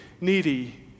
needy